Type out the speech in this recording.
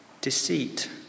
deceit